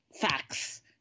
facts